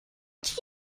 gps